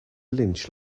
lynch